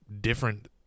different